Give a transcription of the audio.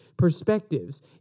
Perspectives